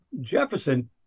Jefferson